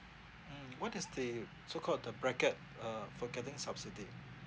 mm what is the so called the bracket uh for getting subsidy